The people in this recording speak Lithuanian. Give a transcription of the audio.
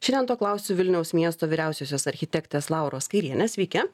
šiandien to klausiu vilniaus miesto vyriausiosios architektės lauros kairienės sveiki